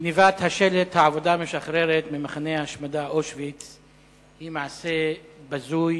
גנבת השלט "העבודה משחררת" ממחנה ההשמדה אושוויץ היא מעשה בזוי